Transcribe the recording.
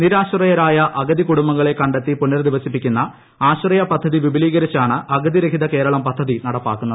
നിരാശ്രയരായ അഗതി കുടുംബങ്ങളെ കണ്ടെത്തി പുനരധിവസിപ്പിക്കുന്ന ആശ്രയ പദ്ധതി വിപുലീകരിച്ചാണ് അഗതിരഹിതകേരളം പദ്ധതി നടപ്പാക്കുന്നത്